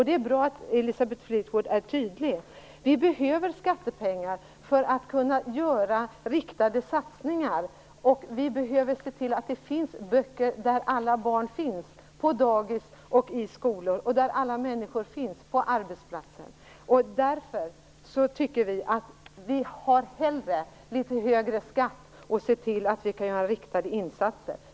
Det är bra att Elisabeth Fleetwood är tydlig. Vi behöver skattepengar för att kunna göra riktade satsningar. Vi måste se till att det finns böcker där alla barn finns, dvs. på dagis och i skolor, och där alla vuxna finns, dvs. på arbetsplatsen. Vi har hellre litet högre skatt och ser till att vi kan gör riktade insatser.